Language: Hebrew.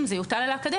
אם זה יוטל על האקדמיה,